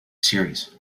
series